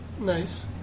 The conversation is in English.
Nice